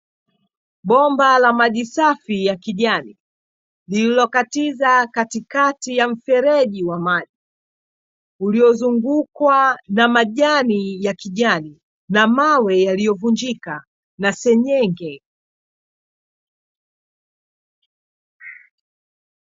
Bomba la maji safi ya kijani lililokatiza katikati ya mfreji wa maji, uliozungukwa na majani ya kijani na mawe yaliyovunjika na senyenge.